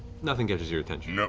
nothing catches your attention. yeah